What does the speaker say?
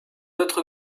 autres